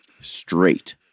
Straight